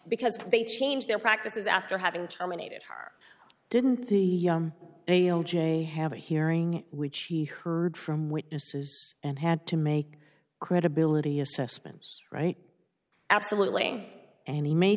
because they change their practices after having terminated her didn't the day have a hearing which he heard from witnesses and had to make credibility assessment right absolutely and he made